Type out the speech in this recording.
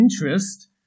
interest